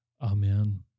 Amen